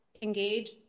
engage